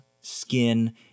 skin